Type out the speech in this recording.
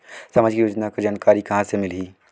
समाजिक योजना कर जानकारी कहाँ से मिलही?